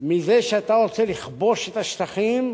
שמזה שאתה רוצה לכבוש את השטחים,